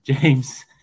James